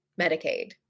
Medicaid